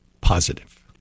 Positive